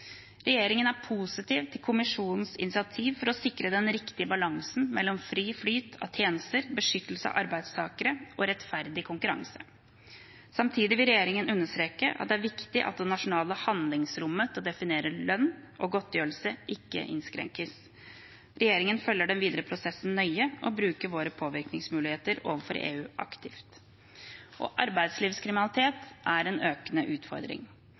Regjeringen er positiv til Kommisjonens initiativ for å sikre den riktige balansen mellom fri flyt av tjenester, beskyttelse av arbeidstakerne og rettferdig konkurranse. Samtidig vil regjeringen understreke at det er viktig at det nasjonale handlingsrommet til å definere lønn og godtgjørelse ikke innskrenkes. Regjeringen følger den videre prosessen nøye og bruker våre påvirkningsmuligheter overfor EU aktivt. Arbeidslivskriminalitet er en økende utfordring.